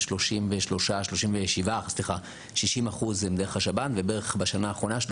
השב"ן ו-37% היו דרך הסל בשנה האחרונה.